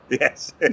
Yes